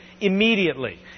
immediately